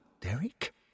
Derek